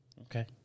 Okay